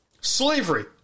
slavery